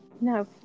No